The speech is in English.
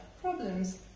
problems